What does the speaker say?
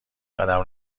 قدم